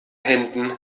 händen